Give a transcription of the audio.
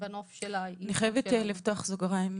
אני חייבת לפתוח סוגריים,